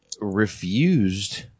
refused